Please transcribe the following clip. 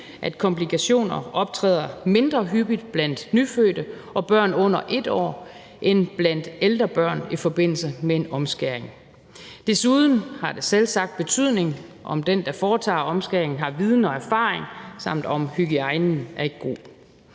en omskæring optræder mindre hyppigt blandt nyfødte og børn under 1 år end blandt ældre børn. Desuden har det selvsagt betydning, om den, der foretager omskæringen, har viden og erfaring, samt om hygiejnen er god.